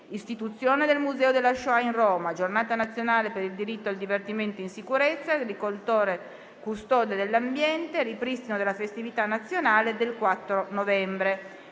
istituzione del Museo della Shoah in Roma; Giornata nazionale per il diritto al divertimento in sicurezza; agricoltore custode dell'ambiente; ripristino della festività nazionale del 4 novembre.